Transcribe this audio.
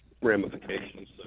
ramifications